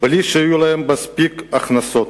בלי שיהיו להן מספיק הכנסות.